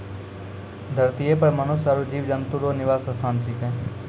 धरतीये पर मनुष्य आरु जीव जन्तु रो निवास स्थान छिकै